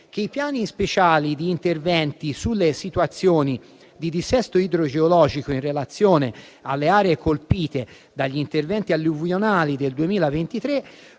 che i piani speciali di interventi sulle situazioni di dissesto idrogeologico, in relazione alle aree colpite dagli interventi alluvionali del 2023,